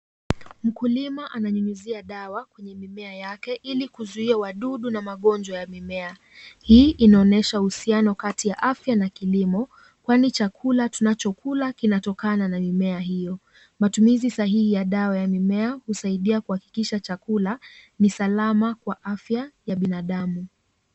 Mkulima ananyunyizia dawa kwenye mimea yake ili kuzuia wadudu na magonjwa ya mimea. Hii inaonyesha huusiano kati ya afya na kilimo kwani chakula tunachokula kinatokana na mimea hiyo. Matumizi sahihi ya dawa ya mimea husaidia kahakikisha chakula ni salama kwa afya ya binadamu.